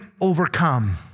overcome